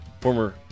Former